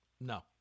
No